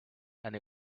and